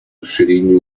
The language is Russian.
расширении